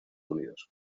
unidos